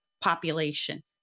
population